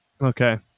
okay